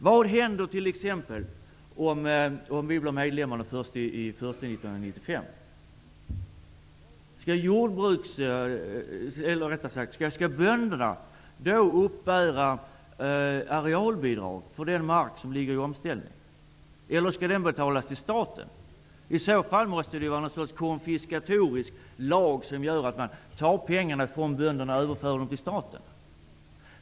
Vad händer t.ex. om Sverige blir medlem den 1 januari 1995? Skall bönderna då uppbära arealbidrag för den mark som ligger i omställning? Eller skall bidraget betalas till staten? I så fall måste det vara fråga om en konfiskatorisk lag som gör att pengarna tas från bönderna och förs över till staten.